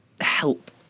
help